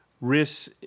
risks